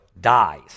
dies